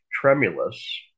tremulous